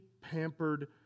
pampered